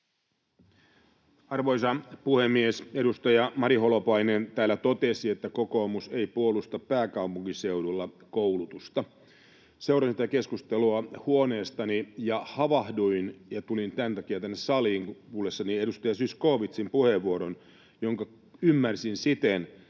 Arvoisa puhemies! Edustaja Mari Holopainen täällä totesi, että kokoomus ei puolusta pääkaupunkiseudulla koulutusta. Seurasin tätä keskustelua huoneestani ja havahduin ja tulin tämän takia tänne saliin kuullessani edustaja Zyskowiczin puheenvuoron, jonka ymmärsin siten,